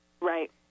Right